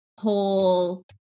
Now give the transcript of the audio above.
whole